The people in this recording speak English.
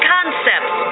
Concepts